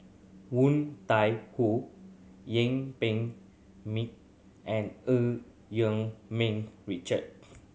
Woon Tai Ho Yuen Peng and Eu Yee Ming Richard